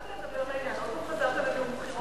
התחלת לדבר לעניין, עוד פעם חזרת לנאום בחירות.